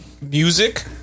Music